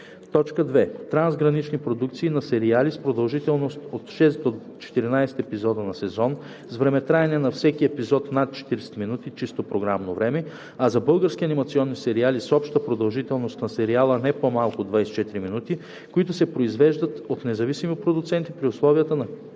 2. трансгранични продукции на сериали с продължителност от 6 до 14 епизода на сезон с времетраене на всеки епизод над 40 минути чисто програмно време, а за български анимационни сериали с обща продължителност на сериала не по-малко от 24 минути, които се произвеждат от независими продуценти при условията на